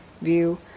view